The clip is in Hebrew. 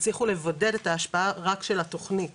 הצליחו לבודד את ההשפעה רק של התוכנית